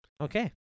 okay